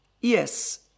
Yes